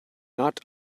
not